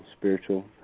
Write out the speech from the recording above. spiritual